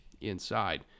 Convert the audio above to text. inside